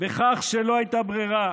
בכך שלא הייתה ברירה,